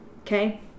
okay